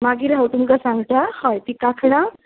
मागीर हांव तुमकां सांगतां हय तीं कांकणां